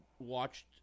watched